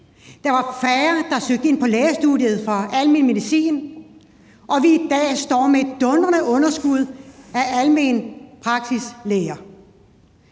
der var færre, der på lægestudiet søgte ind på almen medicin; og at vi i dag står med et dundrende underskud af alment praktiserende